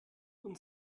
und